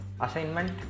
assignment